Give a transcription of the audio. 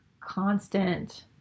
constant